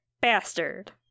bastard